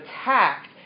attacked